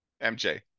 MJ